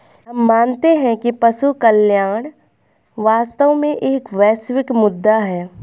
हम मानते हैं कि पशु कल्याण वास्तव में एक वैश्विक मुद्दा है